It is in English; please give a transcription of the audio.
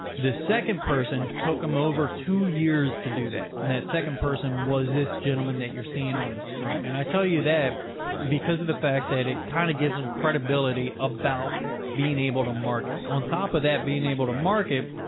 the second person took them over two years to do that. and that second person was this gentleman that you're seeing on the screen. and i tell you you that because of the fact that it kind of gives them credibility about being able to market on top of that, being able to market.